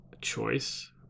choice